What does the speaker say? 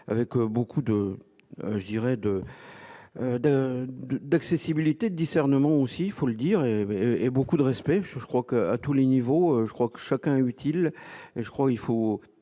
de, de, de, d'accessibilité discernement aussi il faut le dire et et beaucoup de respect, je crois que, à tous les niveaux, je crois que chacun utile et je crois, il faut